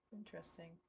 Interesting